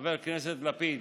חבר הכנסת לפיד.